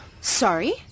Sorry